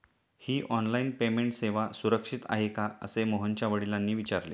ही online payment सेवा सुरक्षित आहे का असे मोहनच्या वडिलांनी विचारले